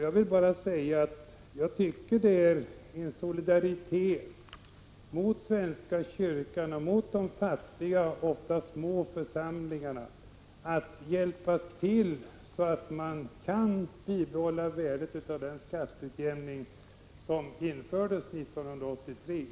Jag tycker att det här är fråga om att visa solidaritet mot svenska kyrkan och mot de fattiga, oftast små församlingarna och att hjälpa till att bibehålla värdet av den skatteutjämning som infördes 1983.